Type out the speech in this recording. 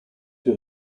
who